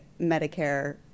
medicare